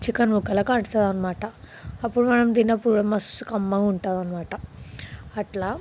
chicken ముక్కలకు అంటుతుంది అన్నమాట అప్పుడు మనం తిన్నప్పుడు మస్తు కమ్మగా ఉంటుందన్నమాట అట్లా